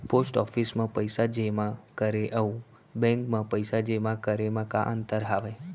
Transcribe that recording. post office मा पइसा जेमा करे अऊ बैंक मा पइसा जेमा करे मा का अंतर हावे